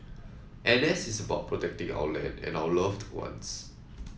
N S is about protecting our land and our loved ones